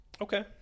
Okay